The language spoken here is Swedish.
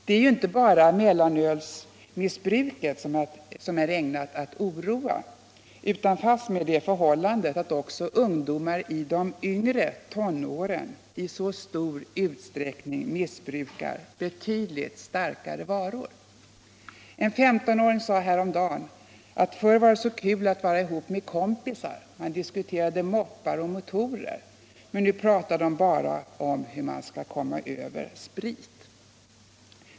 Det är inte bara mellanölsmissbruket som är ägnat att inge oro, utan fastmer det förhållandet att också ungdomar i de yngre tonåren i så stor utsträckning missbrukar betydligt starkare varor. En 15-åring sade häromdagen att förr var det så kul att vara ihop med kompisarna - man diskuterade moppar och motorer. Men nu pratar de bara om hur man skall komma över sprit.